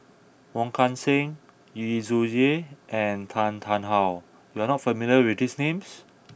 Wong Kan Seng Yu Zhuye and Tan Tarn How you are not familiar with these names